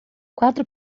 quatro